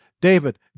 David